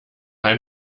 ein